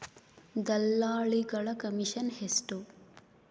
ದಲ್ಲಾಳಿಗಳ ಕಮಿಷನ್ ಎಷ್ಟು?